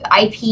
IP